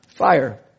fire